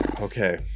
Okay